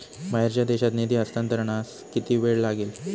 बाहेरच्या देशात निधी हस्तांतरणास किती वेळ लागेल?